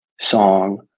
song